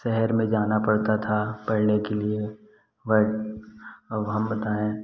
शहर में जाना पड़ता था पढ़ने के लिए बट अब हम बताऍं